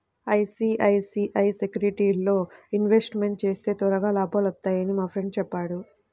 ICICI సెక్యూరిటీస్లో investment చేస్తే త్వరగా లాభాలొత్తన్నయ్యని మా ఫ్రెండు చెప్పాడు